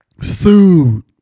Sued